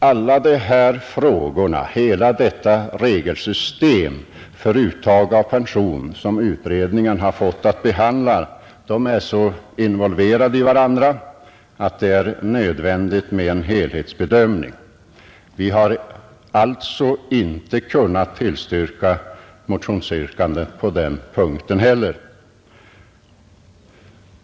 Alla de frågor angående uttag av pension som utredningen har fått att behandla är så involverade i varandra att det är nödvändigt med en helhetsbedömning. Vi har alltså inte kunnat tillstyrka motionsyrkanden på den punkten heller.